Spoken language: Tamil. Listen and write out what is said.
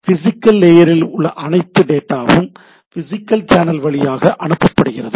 பிசிகல் லேயரில் இந்த அனைத்து டேட்டாவும் பிசிகல் சேனல் வழியாக அனுப்பப்படுகிறது